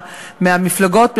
מהמפלגות החרדיות: